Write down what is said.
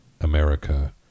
America